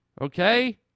Okay